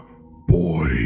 boy